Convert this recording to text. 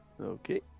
okay